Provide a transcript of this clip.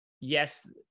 yes